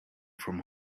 from